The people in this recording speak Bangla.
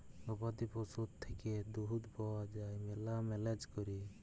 গবাদি পশুর থ্যাইকে দুহুদ পাউয়া যায় ম্যালা ম্যালেজ ক্যইরে